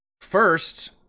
First